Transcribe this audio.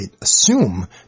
assume